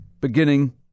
Beginning